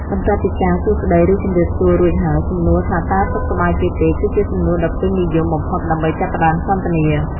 បន្ទាប់ពីការសួរស្តីឬជម្រាបសួររួចហើយសំណួរថាតើសុខសប្បាយជាទេគឺជាសំណួរដ៏ពេញនិយមបំផុតដើម្បីចាប់ផ្តើមសន្ទនា។